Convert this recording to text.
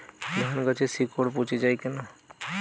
ধানগাছের শিকড় পচে য়ায় কেন?